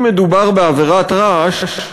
אם מדובר בעבירת רעש,